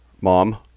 mom